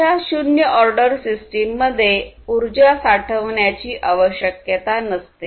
अशा शून्यऑर्डर सिस्टम मध्ये ऊर्जा साठविण्याची आवश्यकता नसते